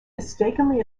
mistakenly